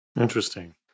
Interesting